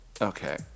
Okay